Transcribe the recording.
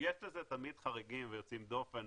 יש לזה תמיד חריגים ויוצאים דופן,